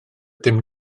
dim